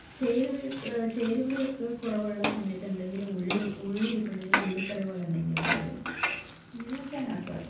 ചേരുവയൊക്കെ ചേരുവകയൊക്കെ കുറവുള്ള സമയത്ത് എന്തെങ്കിലും ഉള്ളി ഉള്ളി ഇരിപ്പുണ്ടെങ്കില് ഉള്ളിക്കറി പോലെ എന്തെങ്കിലും ചെയ്യും അങ്ങനെയൊക്കെയാണ് അക്കാറ്